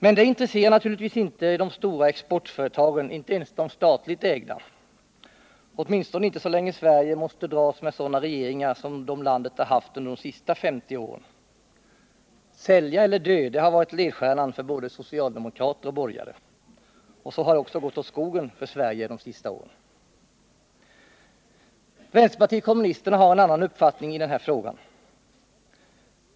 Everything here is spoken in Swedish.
Men det intresserar naturligtvis inte de stora exportföretagen, inte ens de statligt ägda — åtminstone inte så länge Sverige måste dras med sådana regeringar som de landet har haft under de senaste 50 åren. ”Sälja eller dö”, det har varit ledstjärnan för både socialdemokrater och borgare. Så har det också gott åt skogen för Sverige de senaste åren. Vänsterpartiet kommunisterna har en annan uppfattning i den här frågan.